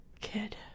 kid